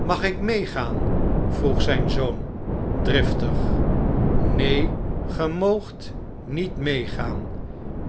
mag ik meegaan vroeg zn'n zoon driftig neen ge moogt niet meegaan